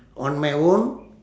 on my own